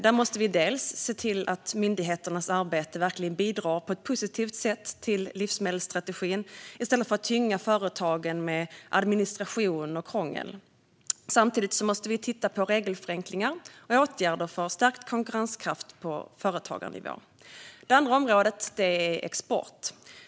Där måste vi se till att myndigheternas arbete bidrar på ett positivt sätt till livsmedelsstrategin i stället för att tynga företagen med administration och krångel. Samtidigt måste vi titta på regelförenklingar och åtgärder för stärkt konkurrenskraft på företagarnivå. Det andra området är export.